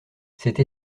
cette